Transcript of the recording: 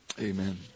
amen